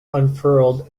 unfurled